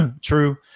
true